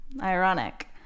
Ironic